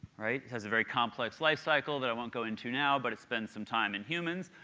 it has a very complex life cycle that i won't go into now, but it spends some time in humans,